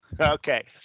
Okay